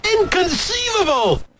Inconceivable